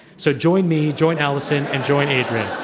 so join me, join alison, and join adrian.